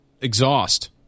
exhaust